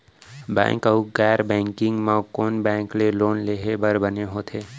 Bank अऊ गैर banking म कोन बैंक ले लोन लेहे बर बने होथे?